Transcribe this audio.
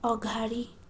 अघाडि